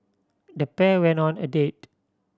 the pair went on a date